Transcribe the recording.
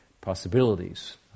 possibilities